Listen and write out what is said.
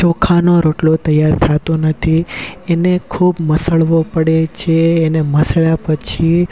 ચોખાનો રોટલો તૈયાર થતો નથી એને ખૂબ મસળવો પળે છે એને મસળ્યા પછી